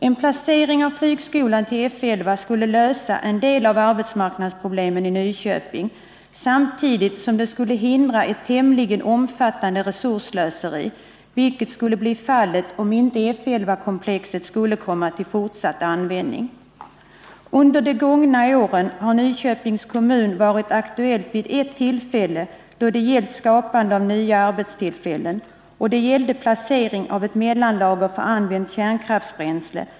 En placering av flygskolan vid F 11 skulle lösa en del av arbetsmarknadsproblemen i Nyköping samtidigt som den skulle hindra det tämligen omfattande resursslöseri som skulle bli resultatet om inte F 11 komplexet skulle komma till fortsatt användning. Under de gångna åren har Nyköpings kommun varit aktuell vid ett tillfälle då det gällt skapande av nya arbetstillfällen, och det gällde då placering av ett mellanlager för använt kärnkraftsbränsle.